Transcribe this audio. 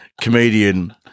comedian –